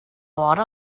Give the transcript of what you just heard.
vora